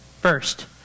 First